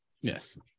Yes